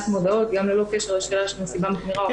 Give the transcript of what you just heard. מודעות גם ללא קשר לשאלה של נסיבה מחמירה.